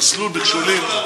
פה מסלול מכשולים.